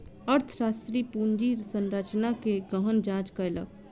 अर्थशास्त्री पूंजी संरचना के गहन जांच कयलक